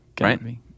Right